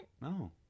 No